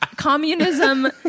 Communism